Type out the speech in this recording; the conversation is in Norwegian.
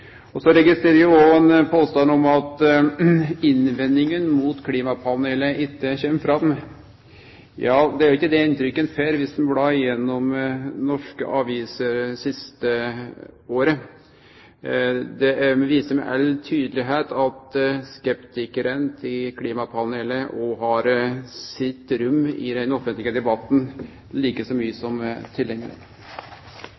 Så registrerer eg òg ein påstand om at innvendinga mot klimapanelet ikkje kjem fram. Ja, det er ikkje det inntrykket ein får viss ein blar gjennom norske aviser det siste året. Det viser tydeleg at skeptikarane til klimapanelet òg har sitt rom i den offentlege debatten, like